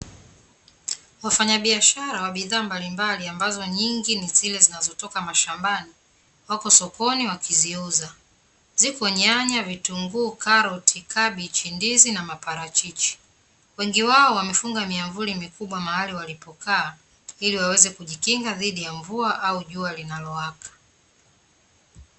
Wafanyabiashara wa bidhaa mbali mbali ambazo nyingi ni zile zinazotoka mashambani, wako sokoni wakiziuza, ziko nyanya, vitunguu, karoti, kabichi, ndizi na maparachichi; Wengi wao wawamefunga miamvuli mikubwa mahali waliopo kaa ili waweze kujikinga dhidi ya mvua au jua linalowaka.